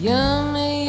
Yummy